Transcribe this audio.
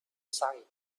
sight